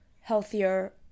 healthier